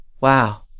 Wow